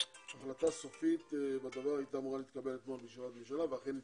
החלטה סופית בעניין הייתה אמורה להתקבל אתמול בישיבת ממשלה ואכן התקבלה.